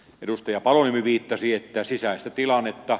edustaja paloniemi viittasi että sisäistä tilannetta